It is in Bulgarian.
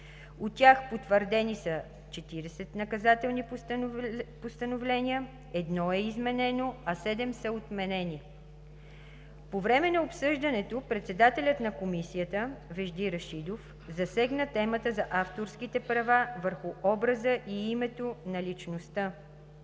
От тях потвърдени са 40 наказателни постановления, едно е изменено и 7 са отменени. По време на обсъждането председателят на Комисията Вежди Рашидов засегна темата за авторските права върху образа и името на личността.